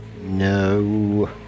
No